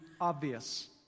obvious